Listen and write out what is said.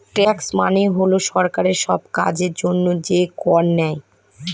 tax মানে হল সরকার সব কাজের জন্য যে কর নেয়